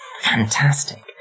fantastic